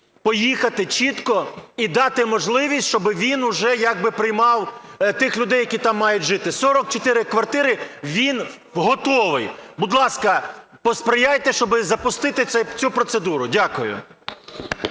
поїхати чітко і дати можливість, щоб він уже як би приймав тих людей, які там мають жити. 44 квартири, він готовий. Будь ласка, посприяйте, щоб запустити цю процедуру. Дякую.